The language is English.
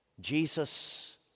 Jesus